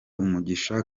umugisha